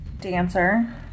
dancer